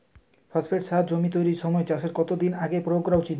Phosphate সার জমি তৈরির সময় চাষের কত দিন আগে প্রয়োগ করা উচিৎ?